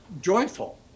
joyful